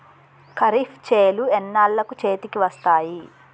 ఖరీఫ్ చేలు ఎన్నాళ్ళకు చేతికి వస్తాయి?